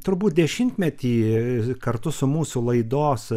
turbūt dešimtmetį kartu su mūsų laidos